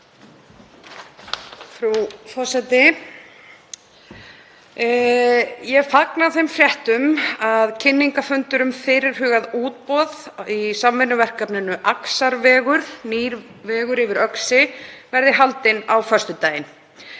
Frú forseti. Ég fagna þeim fréttum að kynningarfundur um fyrirhugað útboð í samvinnuverkefninu Axarvegur – nýr vegur yfir Öxi verði haldinn á föstudaginn.